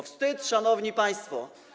Wstyd, szanowni państwo.